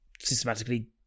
systematically